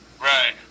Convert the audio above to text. Right